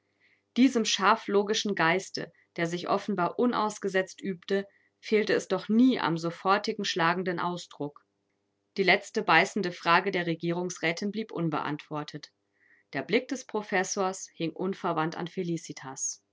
diesem scharf logischen geiste der sich offenbar unausgesetzt übte fehlte es doch nie am sofortigen schlagenden ausdruck die letzte beißende frage der regierungsrätin blieb unbeantwortet der blick des professors hing unverwandt an felicitas